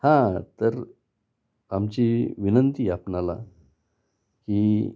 हां तर आमची विनंती आपणाला की